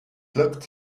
looked